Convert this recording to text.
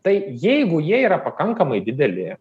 tai jeigu jie yra pakankamai dideli